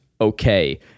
okay